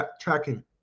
tracking